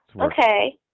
Okay